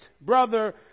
brother